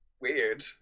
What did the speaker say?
weird